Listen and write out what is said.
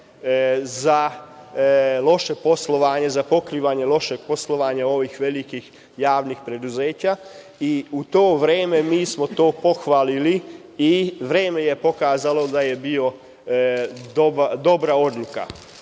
uzimati garancije za pokrivanje lošeg poslovanja ovih velikih javnih preduzeća, i u to vreme mi smo to pohvalili, i vreme je pokazalo da je to bila dobra odluka. Pošto